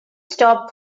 stop